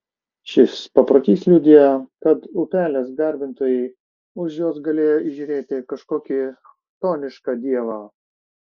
šis paprotys liudija kad upelės garbintojai už jos galėjo įžiūrėti kažkokį chtonišką dievą